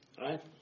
right